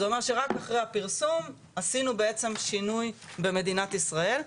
זה אומר שרק אחרי הפרסום עשינו בעצם שינוי במדינת ישראל.